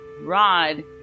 Rod